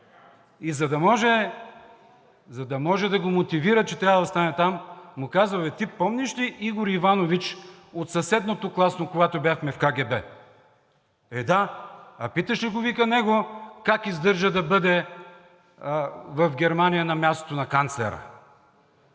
И за да може да го мотивира, че трябва да остане там, му казва: „Абе ти помниш ли Игор Иванович от съседното класно, когато бяхме в КГБ? – Е, да. – А питаш ли го него как издържа да бъде в Германия на мястото на канцлера?“